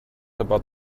about